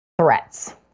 threats